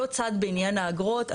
לא צד בעניין האגרות.